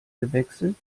gewechselt